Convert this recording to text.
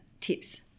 tips